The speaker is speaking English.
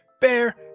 Bear